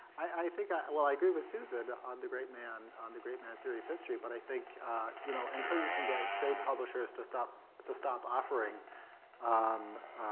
i think well, i agree with susan on the great man, on the great man theory of history, but i think you know until you can get trade publishers to stop to stop offering um